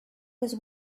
was